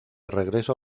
regreso